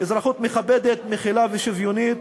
מכילה ושוויונית.